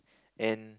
and